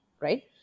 right